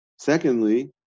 secondly